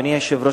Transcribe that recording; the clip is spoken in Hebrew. אדוני היושב-ראש,